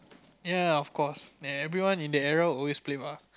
ya of course everyone in that era always play bar